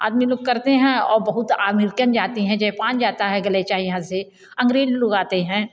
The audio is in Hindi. आदमी लोग करते हैं और बहुत आमेरिकन जाते हैं जेपान जाता है गलीचा यहाँ से अंग्रेज़ लोग आते हैं